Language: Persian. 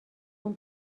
اون